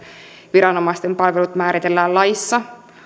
viranomaisten palvelut määritellään laissa